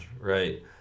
right